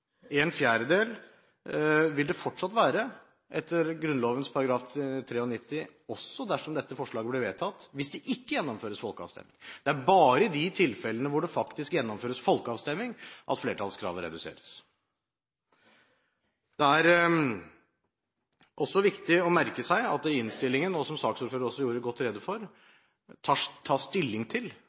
være en fjerdedel – også dersom dette forslaget blir vedtatt – hvis det ikke gjennomføres folkeavstemning. Det er bare i de tilfellene hvor det faktisk gjennomføres folkeavstemning at flertallskravet reduseres. Det er også viktig å merke seg at det i innstillingen – og som saksordføreren gjorde godt rede for – tas stilling til